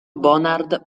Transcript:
bonard